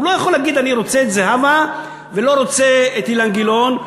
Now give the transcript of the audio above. הוא לא יכול להגיד: אני רוצה את זהבה ולא רוצה את אילן גילאון,